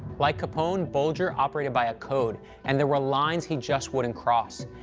like capone, bulger operated by a code, and there were lines he just wouldn't cross.